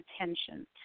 attention